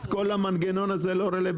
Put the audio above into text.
אז כל המנגנון לא רלוונטי,